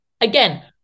Again